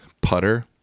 putter